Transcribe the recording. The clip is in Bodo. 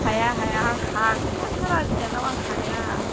हाया हाया आं हाखाथारा बिनानाव आं हाया